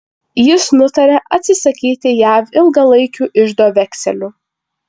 jis nutarė atsisakyti jav ilgalaikių iždo vekselių